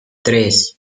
tres